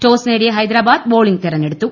toss നേടിയ Hyderabad bowling തെരഞ്ഞെടുത്തു